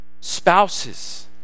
spouses